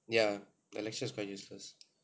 ya the lecture is quite useless